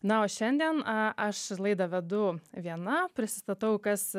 na o šiandien a aš laidą vedu viena prisistatau kas